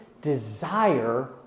desire